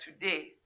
today